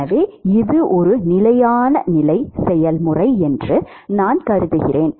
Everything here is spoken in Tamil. எனவே இது ஒரு நிலையான நிலை செயல்முறை என்று நான் கருதுகிறேன்